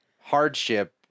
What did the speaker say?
hardship